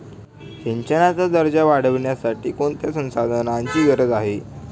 सिंचनाचा दर्जा वाढविण्यासाठी कोणत्या संसाधनांची गरज आहे?